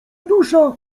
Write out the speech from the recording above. dusza